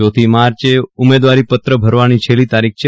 ચોથી માાર્ચ ઉમેદવારીપત્ર ભરવાની છેલ્લી તારીખ છે